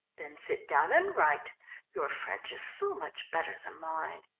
then sit down and write your french is so much better than mine.